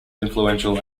influential